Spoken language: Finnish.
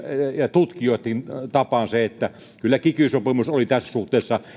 tutkijoitten tapaan se että kyllä kiky sopimus on tässä suhteessa